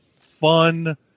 fun